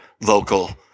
vocal